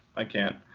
i can't.